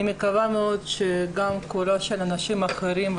אני מקווה מאוד שגם קולם של אנשים אחרים,